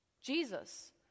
Jesus